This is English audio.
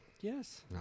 Yes